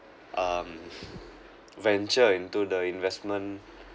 um venture into the investment